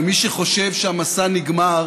ומי שחושב שהמסע נגמר